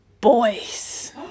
boys